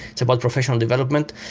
it's about professional development,